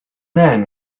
then